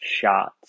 shots